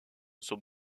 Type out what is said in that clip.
son